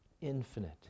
infinite